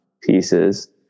pieces